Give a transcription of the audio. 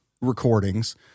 recordings